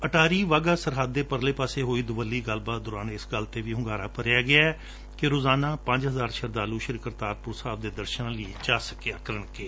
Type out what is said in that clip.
ਅਟਾਰੀ ਵਾਗ੍ਹਾ ਸਰਹੱਦ ਦੇ ਪਰਲੇ ਪਾਸੇ ਹੋਈ ਦੁਵੱਲੀ ਗੱਲਬਾਤ ਦੌਰਾਨ ਇਸ ਗੱਲ ਤੇ ਵੀ ਹੁੰਗਾਰਾ ਭਰਿਆ ਗਿਐ ਕਿ ਰੋਜਾਨਾ ਪੰਜ ਹਜਾਰ ਸ਼ਰਧਾਲੂ ਸ਼੍ਰੀ ਕਰਤਾਰਪੁਰ ਸਾਹਿਬ ਦੇ ਦਰਸ਼ਨਾਂ ਲਈ ਜਾ ਸਕਿਆ ਕਰਣਗੇ